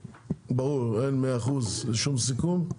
אין מאה אחוז לשום סיכום.